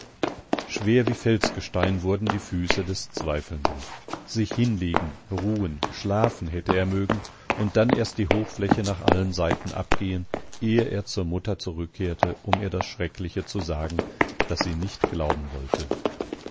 schwer wie felsgestein wurden die füße des zweifelnden sich hinlegen ruhen schlafen hätte er mögen und dann erst die hochfläche nach allen seiten abgehen ehe er zur mutter zurückkehrte um ihr das schreckliche zu sagen das sie nicht glauben wollte